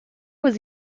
was